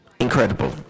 incredible